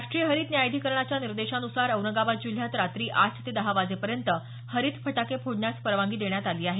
राष्ट्रीय हरित न्यायाधिकरणाच्या निर्देशानुसार औरंगाबाद जिल्ह्यात रात्री आठ ते दहा वाजेपर्यंत हरीत फटाके फोडण्यास परवानगी देण्यात आली आहे